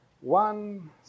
one